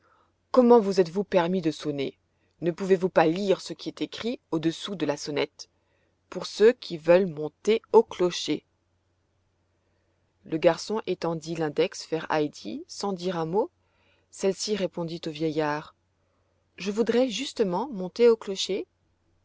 comment vous êtes-vous permis de sonner ne pouvez-vous pas lire ce qui est écrit au-dessous de la sonnette pour ceux qui veulent monter au clocher le garçon étendit l'index vers heidi sans dire un mot celle-ci répondit au vieillard je voudrais justement monter au clocher